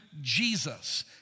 Jesus